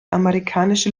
amerikanische